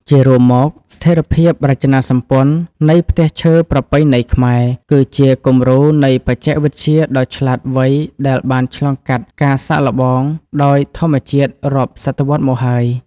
ជារួមមក ស្ថិរភាពរចនាសម្ព័ន្ធនៃផ្ទះឈើប្រពៃណីខ្មែរ គឺជាគំរូនៃបច្ចេកវិទ្យាដ៏ឆ្លាតវៃដែលបានឆ្លងកាត់ការសាកល្បងដោយធម្មជាតិរាប់សតវត្សមកហើយ។